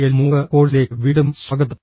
L മൂക്ക് കോഴ്സിലേക്ക് വീണ്ടും സ്വാഗതം